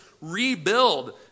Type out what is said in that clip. rebuild